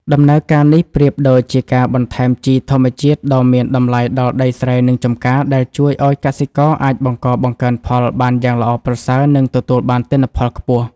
ដំណើរការនេះប្រៀបដូចជាការបន្ថែមជីធម្មជាតិដ៏មានតម្លៃដល់ដីស្រែ និងចម្ការ ដែលជួយឱ្យកសិករអាចបង្កបង្កើនផលបានយ៉ាងល្អប្រសើរ និងទទួលបានទិន្នផលខ្ពស់.